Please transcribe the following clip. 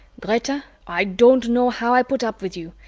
greta, i don't know how i put up with you,